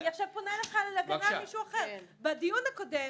בדיון הקודם